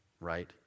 Right